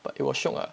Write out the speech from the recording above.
but it was shiok ah